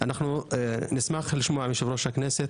נשמח לשמוע מיושב-ראש הכנסת,